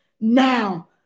now